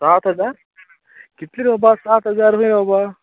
सात हजा कितले रे बाबा सात हजा हूंय रे बाबा